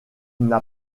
n’a